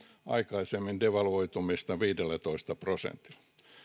aikaisemmin viidellätoista prosentilla